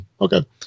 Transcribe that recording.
okay